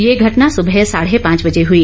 ये घटना सुबह साढ़े पांच बजे हुई